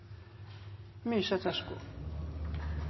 mykje god